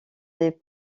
les